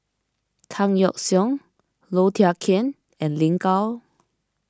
Tan Yeok Seong Low Thia Khiang and Lin Gao